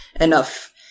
enough